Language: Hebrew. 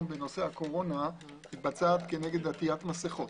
בנושא הקורונה מתבצעת כנגד עטיית מסכות.